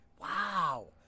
Wow